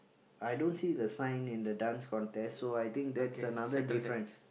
I don't see the sign in the Dance Contest so I think that's another difference